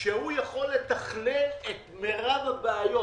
שהוא יכול לתכלל את מרב הבעיות